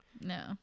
No